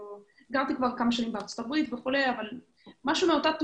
גרתי כמה שנים בארצות הברית אבל משהו מאותה תושייה.